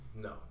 No